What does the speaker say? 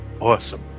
awesome